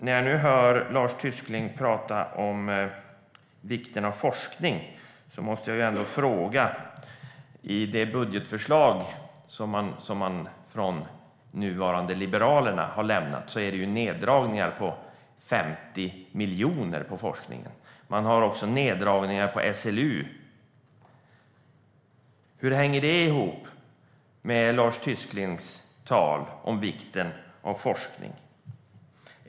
När jag nu hör Lars Tysklind prata om vikten av forskning måste jag ändå ställa en fråga. I det budgetförslag som Liberalerna har lämnat är det neddragningar på 50 miljoner på forskningen. Man har också neddragningar på SLU. Hur hänger det ihop med Lars Tysklinds tal om vikten av forskning?